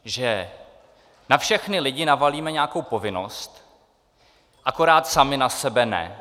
Že na všechny lidi navalíme nějakou povinnost, akorát sami na sebe ne.